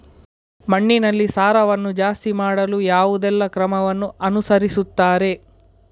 ಮಣ್ಣಿನಲ್ಲಿ ಸಾರವನ್ನು ಜಾಸ್ತಿ ಮಾಡಲು ಯಾವುದೆಲ್ಲ ಕ್ರಮವನ್ನು ಅನುಸರಿಸುತ್ತಾರೆ